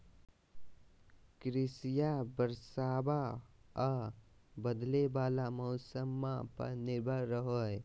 कृषिया बरसाबा आ बदले वाला मौसम्मा पर निर्भर रहो हई